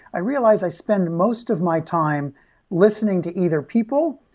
i realized i spend most of my time listening to either people,